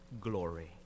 glory